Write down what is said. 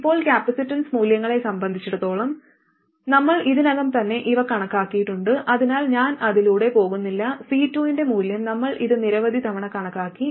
ഇപ്പോൾ കപ്പാസിറ്റൻസ് മൂല്യങ്ങളെ സംബന്ധിച്ചിടത്തോളം നമ്മൾ ഇതിനകം തന്നെ ഇവ കണക്കാക്കിയിട്ടുണ്ട് അതിനാൽ ഞാൻ അതിലൂടെ പോകുന്നില്ല C2 ന്റെ മൂല്യം നമ്മൾ ഇത് നിരവധി തവണ കണക്കാക്കി